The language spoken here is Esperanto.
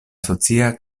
socia